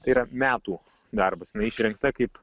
tai yra metų darbas išrinkta kaip